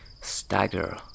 stagger